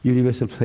Universal